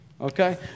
okay